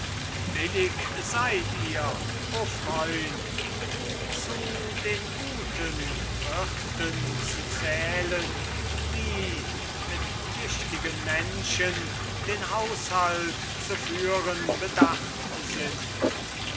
billig seid ihr o freund zu den guten wirten zu zählen die mit tüchtigen menschen den haushalt zu führen bedacht sind